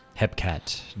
Hepcat